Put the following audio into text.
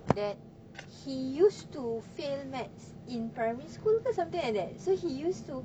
that he used to fail maths in primary school or something like that so he used to